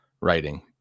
writing